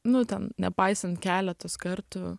nu ten nepaisant keletos kartų